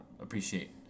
appreciate